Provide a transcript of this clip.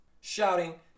Shouting